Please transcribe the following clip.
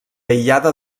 aïllada